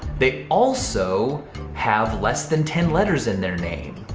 they also have less than ten letters in their name.